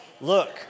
Look